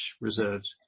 reserves